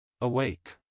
Awake